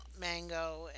mango